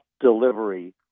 delivery